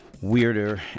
weirder